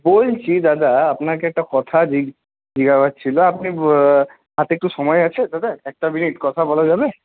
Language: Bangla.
বলছি দাদা আপনাকে একটা কথা জিজ্ঞাসার ছিল আপনি হাতে একটু সময় আছে দাদা একটা মিনিট কথা বলা যাবে